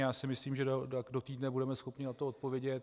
Já si myslím, že do týdne budeme schopni na to odpovědět.